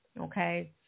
okay